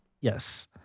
Yes